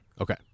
Okay